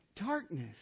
darkness